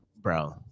Bro